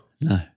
No